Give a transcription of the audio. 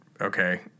okay